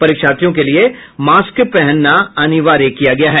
परीक्षार्थियों के लिए मास्क पहनना अनिवार्य किया गया है